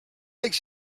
makes